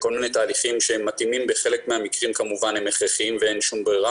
בכל מיני תהליכים שבחלק מהמקרים כמובן הם הכרחיים ואין שום ברירה,